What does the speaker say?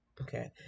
okay